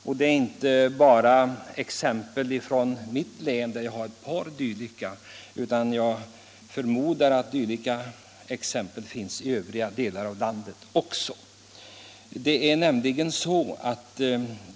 Jag har ett par exempel från mitt län, men jag förmodar att liknande händelser har inträffat i övriga delar av landet.